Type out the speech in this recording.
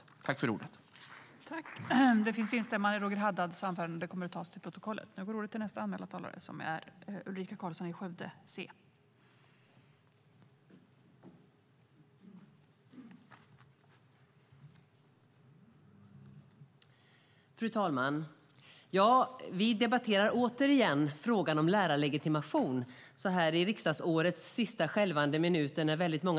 I detta anförande instämde Annika Eclund .